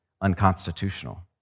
unconstitutional